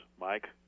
mike